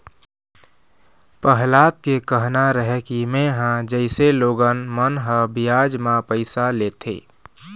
पहलाद के कहना रहय कि मेंहा जइसे लोगन मन ह बियाज म पइसा लेथे,